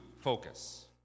focus